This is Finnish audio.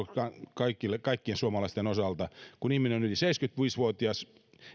kaikkien suomalaisten osalta kun ihminen on yli seitsemänkymmentäviisi vuotias